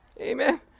Amen